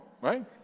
right